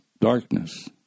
darkness